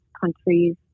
countries